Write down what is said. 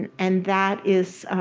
and that is,